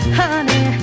honey